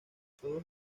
todos